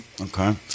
Okay